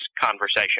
conversation